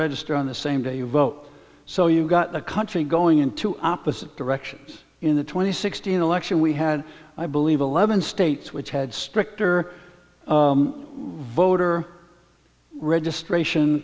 register on the same day you vote so you've got the country going into opposite directions in the twenty sixteen election we had i believe eleven states which had stricter voter registration